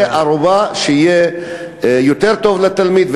זה ערובה שיהיה יותר טוב לתלמיד,